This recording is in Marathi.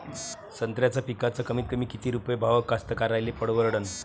संत्र्याचा पिकाचा कमीतकमी किती रुपये भाव कास्तकाराइले परवडन?